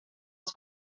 het